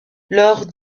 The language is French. lors